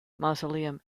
mausoleum